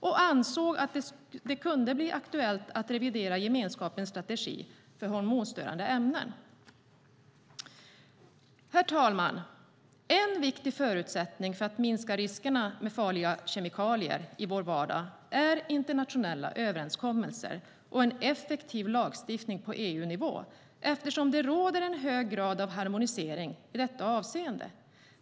Man ansåg också att det kan bli aktuellt att revidera gemenskapens strategi för hormonstörande ämnen. Herr talman! En viktig förutsättning för att minska riskerna med farliga kemikalier i vår vardag är internationella överenskommelser och en effektiv lagstiftning på EU-nivå eftersom det råder en hög grad av harmonisering i detta avseende.